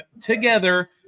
together